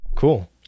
Cool